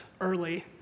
early